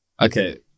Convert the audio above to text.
Okay